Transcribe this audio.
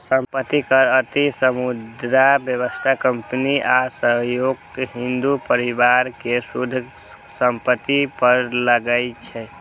संपत्ति कर अति समृद्ध व्यक्ति, कंपनी आ संयुक्त हिंदू परिवार के शुद्ध संपत्ति पर लागै छै